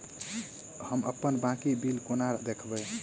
हम अप्पन बाकी बिल कोना देखबै?